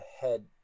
head